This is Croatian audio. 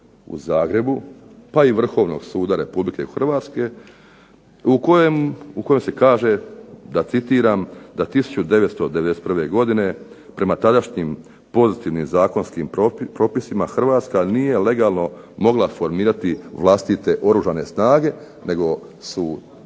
u Zagreba pa i Vrhovnog suda RH u kojem se kaže da citiram: "da 1991. godine prema tadašnjim pozitivnim zakonskim propisima Hrvatska nije legalno mogla formirati vlastite Oružane snage, nego su